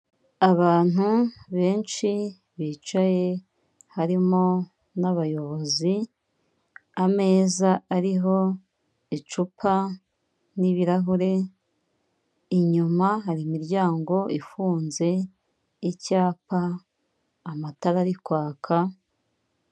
Abantu benshi bicaye, harimo n'abayobozi, ameza ariho icupa n'ibirahure, inyuma hari imiryango ifunze, icyapa, amatara ari kwaka...